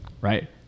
Right